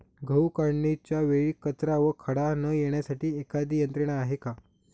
गहू काढणीच्या वेळी कचरा व खडा न येण्यासाठी एखादी यंत्रणा आहे का?